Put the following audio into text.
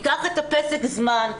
ניקח פסק זמן,